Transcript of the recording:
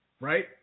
right